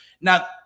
Now